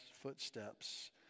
footsteps